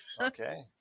Okay